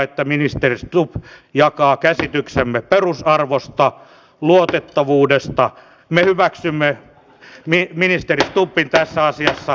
haluan nostaa tässä esille myös tämän toisen puolen asiaan liittyen eli nämä omaisuusrikokset